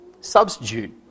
Substitute